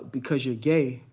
because you're gay,